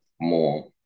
more